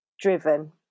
driven